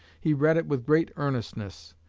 he read it with great earnestness.